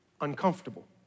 uncomfortable